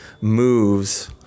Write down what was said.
moves